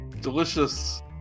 delicious